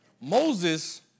Moses